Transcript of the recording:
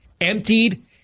Emptied